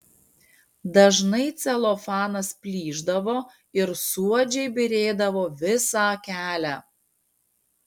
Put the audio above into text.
dažnai celofanas plyšdavo ir suodžiai byrėdavo visą kelią